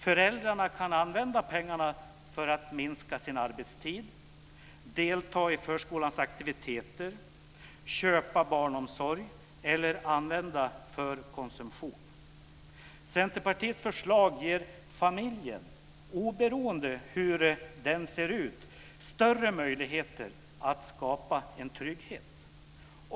Föräldrarna kan använda pengarna för att minska sin arbetstid, delta i förskolans aktiviteter, köpa barnomsorg eller använda dem för konsumtion. Centerpartiets förslag ger familjen, oberoende av hur den ser ut, större möjligheter att skapa en trygghet.